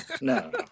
no